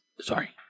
Sorry